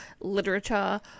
literature